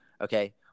okay